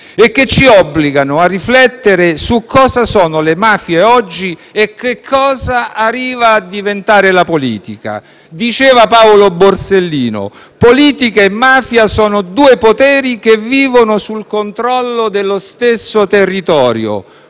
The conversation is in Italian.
e ci obbligano a riflettere su cosa sono le mafie oggi e che cosa arriva a diventare la politica. Paolo Borsellino diceva che politica e mafia sono due poteri che vivono sul controllo dello stesso territorio: